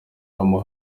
gitaramo